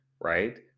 right